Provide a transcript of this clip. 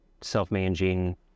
self-managing